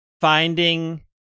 finding